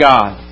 God